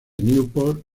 newport